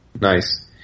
Nice